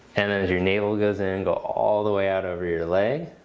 and as your navel goes in, go all the way out over your leg.